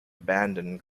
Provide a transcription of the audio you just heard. abandon